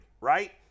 right